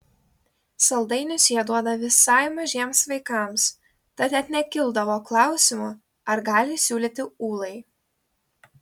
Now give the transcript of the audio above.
saldainius jie duoda visai mažiems vaikams tad net nekildavo klausimo ar gali siūlyti ūlai